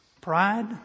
Pride